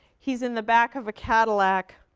he's in the back of a cadillac.